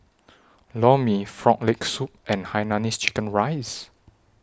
Lor Mee Frog Leg Soup and Hainanese Chicken Rice